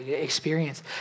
experience